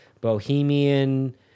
bohemian